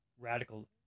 radical